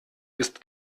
ist